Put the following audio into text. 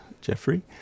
Jeffrey